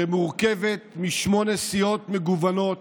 שמורכבת משמונה סיעות מגוונות,